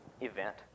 event